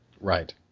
Right